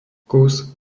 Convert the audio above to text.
kus